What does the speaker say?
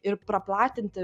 ir praplatinti